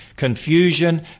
confusion